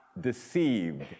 deceived